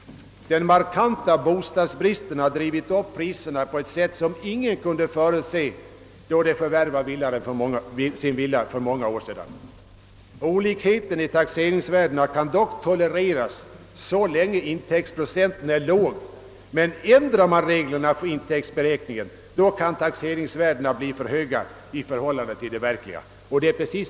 Den markanta bostadsbristen har drivit upp taxeringsvärdena på ett sätt som ingen kunde förutse när han förvärvade sin villa för många år sedan. Olikheten i taxeringsvärdena kan tolereras så länge intäktsprocenten är låg, men ändrar man reglerna kan taxeringsvärdena bli för höga i förhållande till de verkliga värdena.